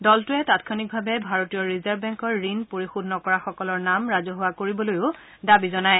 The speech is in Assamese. দলটোৱে তাৎক্ষণিকভাৱে ভাৰতীয় ৰিজাৰ্ভ বেংকৰ ঋণ পৰিশোধ নকৰাসকলৰ নাম ৰাজহুৱা কৰিবলৈও দাবী জনায়